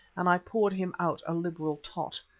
and i poured him out a liberal tot.